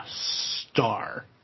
star